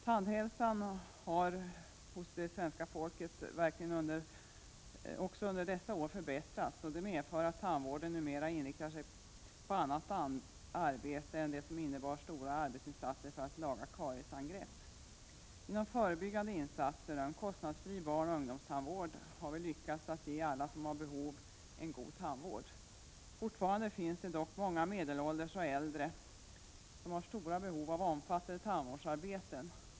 Tandhälsan hos det svenska folket har verkligen också förbättrats under dessa år, och det medför att tandvården numera inriktar sig på annat arbete än stora arbetsinsatser för att laga kariesangrepp. Genom förebyggande insatser och en kostnadsfri barnoch ungdomstandvård har vi lyckats ge alla som har behov en god tandvård. Fortfarande finns det dock många medelålders och äldre som har stora behov av omfattande tandvårdsarbeten.